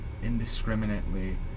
indiscriminately